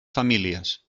famílies